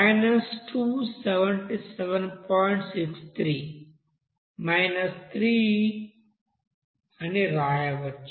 63 ethanol standard heat of formation 3ఆక్సిజన్ యొక్క stoichiometric coefficient అని వ్రాయవచ్చు